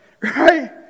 right